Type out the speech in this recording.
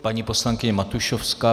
Paní poslankyně Matušovská.